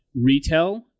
retail